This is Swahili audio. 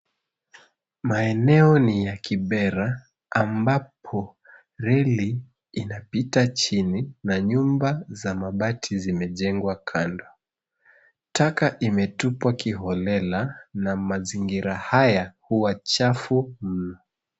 Maeneo ni ya kibera ambapo reli inapita chini na nyumba za mabati zimejengwa kando. Taka imetupwa kiholela na mazingira haya huwa chafu mno.